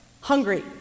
hungry